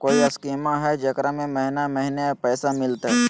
कोइ स्कीमा हय, जेकरा में महीने महीने पैसा मिलते?